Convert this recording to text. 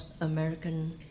American